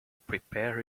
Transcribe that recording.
prepare